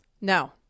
No